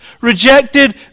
rejected